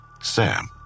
Sam